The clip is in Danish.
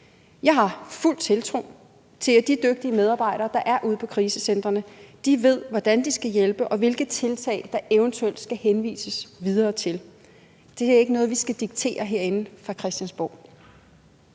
Jeg har fuld tiltro til, at de dygtige medarbejdere, der er ud på krisecentrene, ved, hvordan de skal hjælpe, og hvilke tiltag der eventuelt skal henvises videre til. Det er ikke noget, vi skal diktere herinde fra Christiansborg.